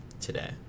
today